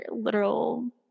literal